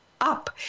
up